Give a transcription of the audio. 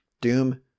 Doom